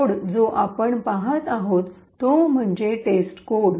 code जो आपण पहात आहोत तो म्हणजे टेस्टकोड